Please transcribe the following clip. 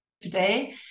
today